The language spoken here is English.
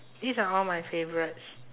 these are all my favourites